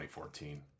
2014